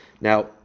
Now